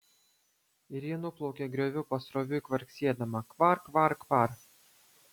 ir ji nuplaukė grioviu pasroviui kvarksėdama kvar kvar kvar